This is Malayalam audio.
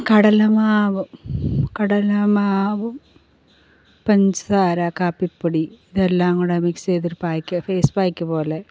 കടലമാവ് കടലമാവും പഞ്ചസാര കാപ്പിപ്പൊടി ഇതെല്ലാംകൂടെ മിക്സ് ചെയ്തൊരു പായ്ക്ക് ഫേസ് പായ്ക്ക് പോലെ